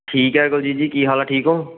ਠੀਕ ਹੈ ਕੁਲਜੀਤ ਜੀ ਕੀ ਹਾਲ ਆ ਠੀਕ ਹੋ